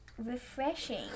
refreshing